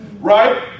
Right